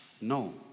No